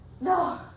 No